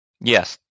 Yes